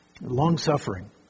Long-suffering